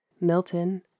Milton